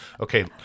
okay